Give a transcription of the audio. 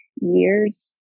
years